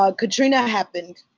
ah katrina happened.